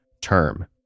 term